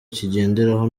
kigenderaho